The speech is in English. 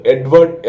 Edward